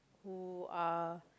who are